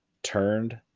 turned